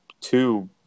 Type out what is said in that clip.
two